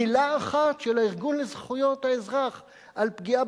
מלה אחת של הארגון לזכויות האזרח על פגיעה